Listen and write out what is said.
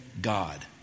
God